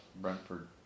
Brentford